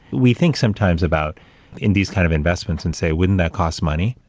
we think sometimes about in these kinds of investments and say, wouldn't that cost money?